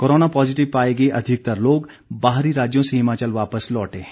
corona positive पाए गए अधिकतर लोग बाहरी राज्यों से हिमाचल वापस लौटे हैं